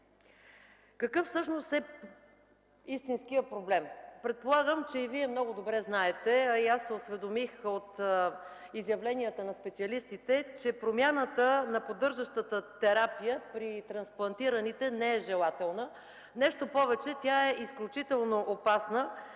Какъв всъщност е истинският проблем? Предполагам, че и Вие много добре знаете, а и аз се осведомих от изявленията на специалистите, че промяната на поддържащата терапия при трансплантирането не е желателна. Нещо повече, тя е изключително опасна,